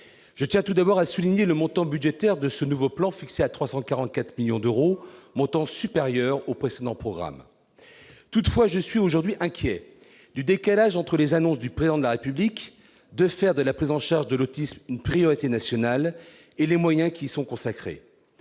Je tiens, tout d'abord, à souligner le montant budgétaire de ce nouveau plan, fixé à 344 millions d'euros, montant supérieur à ceux des précédents programmes. Toutefois, je suis aujourd'hui inquiet du décalage entre les annonces du Président de la République de faire de la prise en charge de l'autisme une priorité nationale et les moyens qui y sont consacrés.